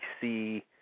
see